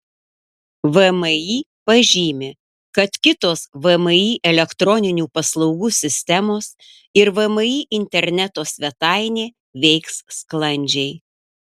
vmi pažymi kad kitos vmi elektroninių paslaugų sistemos ir vmi interneto svetainė veiks sklandžiai